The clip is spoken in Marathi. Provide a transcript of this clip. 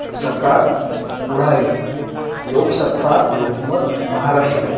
सकाळ पुढारी लोकसत्ता लोकमत महाराष्ट्र टाईम